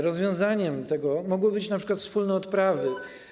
Rozwiązaniem tego mogłyby być np. wspólne odprawy.